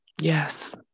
Yes